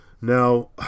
Now